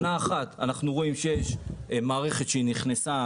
שנה אחת אנחנו רואים שיש מערכת שנכנסה,